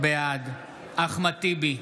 בעד אחמד טיבי,